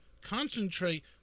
concentrate